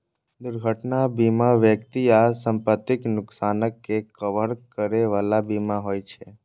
दुर्घटना बीमा व्यक्ति आ संपत्तिक नुकसानक के कवर करै बला बीमा होइ छे